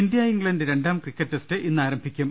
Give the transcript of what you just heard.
India England രണ്ടാം cricket test ഇന്ന് ആരംഭിക്കും